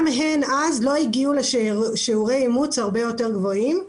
גם הן לא הגיעו לשיעורי אימוץ הרבה יותר גבוהים.